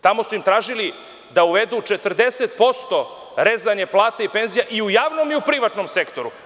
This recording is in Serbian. Tamo su im tražili da uvedu 40% rezanje plate i penzija i u javnom i u privatnom sektoru.